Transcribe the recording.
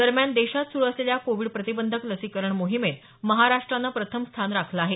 दरम्यान देशात सुरु असलेल्या कोविड प्रतिबंधक लसीकरण मोहिमेत महाराष्टानं प्रथम स्थान राखलं आहे